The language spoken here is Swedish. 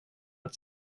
att